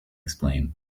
explain